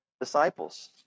disciples